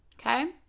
okay